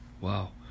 Wow